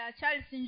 Charles